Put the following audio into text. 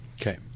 Okay